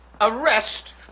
arrest